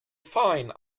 fine